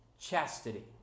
chastity